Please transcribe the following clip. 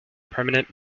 permanent